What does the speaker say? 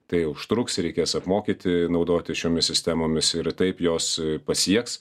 tai užtruks reikės apmokyti naudotis šiomis sistemomis ir taip jos pasieks